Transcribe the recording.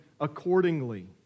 accordingly